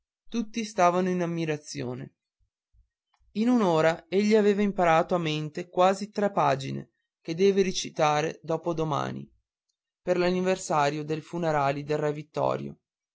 tutti stavamo in ammirazione in un'ora egli aveva imparato a mente quasi tre pagine che deve recitare dopo domani per l'anniversario dei funerali di re vittorio